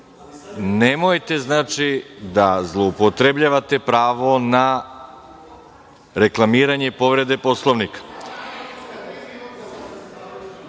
Nemojte da zloupotrebljavate pravo na reklamiranje povrede Poslovnika.(Branka